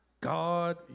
God